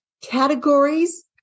categories